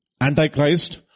Antichrist